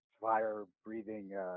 fire-breathing